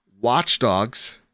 Watchdogs